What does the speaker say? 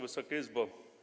Wysoka Izbo!